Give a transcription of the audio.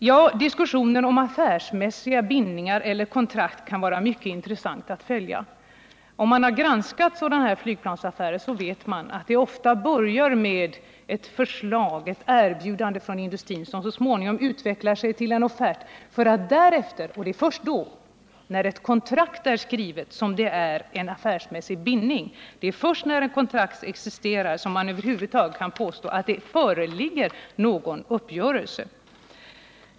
Ja, diskussionen om affärsmässiga bindningar eller kontrakt kan vara mycket intressant att följa. Om man har granskat sådana här flygplansaffärer, 18 vet man att det ofta börjar med ett förslag, ett erbjudande från industrin, som så småningom utvecklar sig till en offert, för att därefter, men först när kontrakt är skrivet, bli en affärsmässig bindning. Först när ett kontrakt existerar kan man över huvud taget påstå att det föreligger någon uppgörelse.